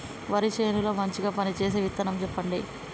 వరి చేను లో మంచిగా పనిచేసే విత్తనం చెప్పండి?